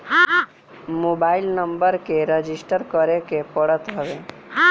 mobile number के register करे के पड़त हवे